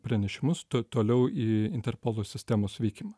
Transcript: pranešimus toliau į interpolo sistemos veikimą